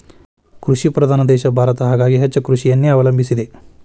ಕೃಷಿ ಪ್ರಧಾನ ದೇಶ ಭಾರತ ಹಾಗಾಗಿ ಹೆಚ್ಚ ಕೃಷಿಯನ್ನೆ ಅವಲಂಬಿಸಿದೆ